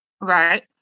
right